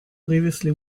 previously